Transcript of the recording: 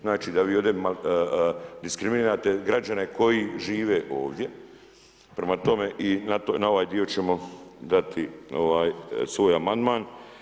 Znači da ovi ovdje diskriminirate građane koji žive ovdje, prema tome i na ovaj dio ćemo dati svoj amandman.